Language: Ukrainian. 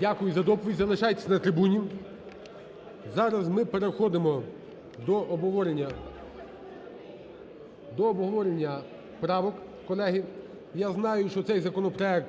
Дякую за доповідь. Залишайтесь на трибуні. Зараз ми переходимо до обговорення правок. Колеги, я знаю, що цей законопроект